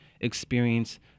experience